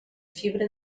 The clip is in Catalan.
fibra